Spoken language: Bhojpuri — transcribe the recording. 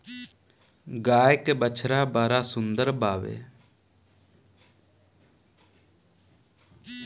गाय के बछड़ा बड़ा सुंदर बावे